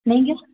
நீங்கள்